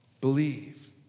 believe